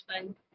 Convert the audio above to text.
fun